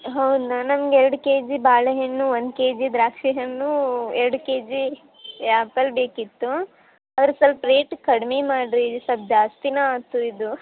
ಹೌದಾ ನಮ್ಗೆ ಎರಡು ಕೆಜಿ ಬಾಳೆ ಹಣ್ಣು ಒಂದು ಕೆಜಿ ದ್ರಾಕ್ಷಿ ಹಣ್ಣು ಎರಡು ಕೆಜಿ ಆ್ಯಪಲ್ ಬೇಕಿತ್ತು ಅದ್ರ ಸ್ವಲ್ಪ ರೇಟ್ ಕಡ್ಮೆ ಮಾಡಿರಿ ಸ್ವಲ್ಪ ಜಾಸ್ತಿಯೇ ಆಯ್ತ್ ಇದು